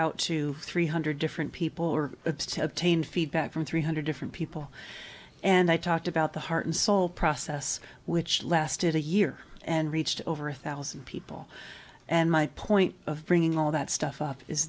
out to three hundred different people or to obtain feedback from three hundred different people and i talked about the heart and soul process which lasted a year and reached over a thousand people and my point of bringing all that stuff up is